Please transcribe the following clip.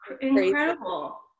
incredible